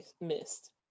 missed